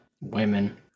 women